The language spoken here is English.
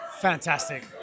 Fantastic